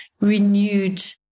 renewed